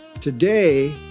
Today